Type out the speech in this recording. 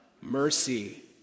Mercy